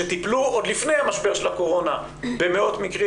שטיפלו עוד לפני משבר הקורונה במאות מקרים